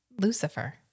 Lucifer